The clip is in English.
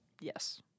Yes